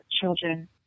children